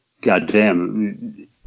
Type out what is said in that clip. goddamn